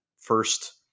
first